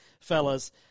fellas